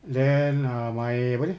then uh my apa ni